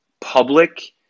public